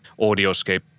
audioscape